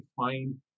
define